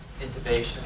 intubation